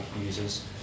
users